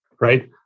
right